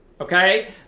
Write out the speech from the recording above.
okay